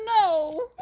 no